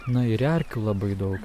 na ir erkių labai daug